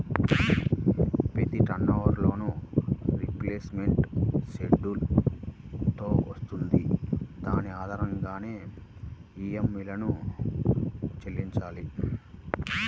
ప్రతి term loan repayment schedule తో వస్తుంది దాని ఆధారంగానే ఈఎంఐలను చెల్లించాలి